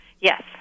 Yes